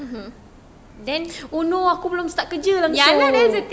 then ya lah that's the thing